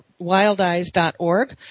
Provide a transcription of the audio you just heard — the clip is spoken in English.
wildeyes.org